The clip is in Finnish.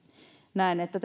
näen että